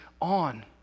on